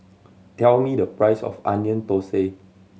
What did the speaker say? tell me the price of Onion Thosai